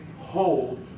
hold